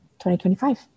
2025